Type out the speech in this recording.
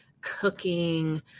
cooking